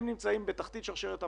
הם נמצאים בתחתית שרשרת המזון,